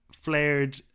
flared